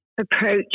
approach